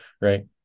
right